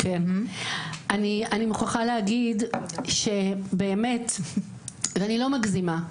אני מוכרחה להגיד שאני לא מגזימה,